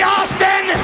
Austin